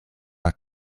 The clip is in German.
war